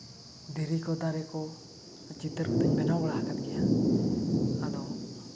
ᱫᱷᱤᱨᱤ ᱠᱚ ᱫᱟᱨᱮ ᱠᱚ ᱪᱤᱛᱟᱹᱨ ᱠᱚᱫᱚᱧ ᱵᱮᱱᱟᱣ ᱵᱟᱲᱟ ᱟᱠᱟᱫ ᱜᱮᱭᱟ ᱟᱫᱚ